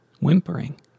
whimpering